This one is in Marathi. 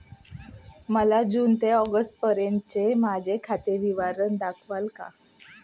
मला जून ते ऑगस्टपर्यंतचे माझे खाते विवरण दाखवाल का?